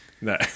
No